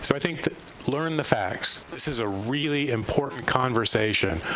so i think, learn the facts. this is a really important conversation,